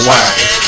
Wow